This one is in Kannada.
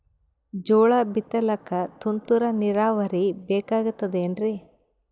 ಜೋಳ ಬಿತಲಿಕ ತುಂತುರ ನೀರಾವರಿ ಬೇಕಾಗತದ ಏನ್ರೀ?